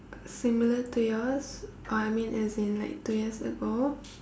similar to yours uh I mean as in like two years ago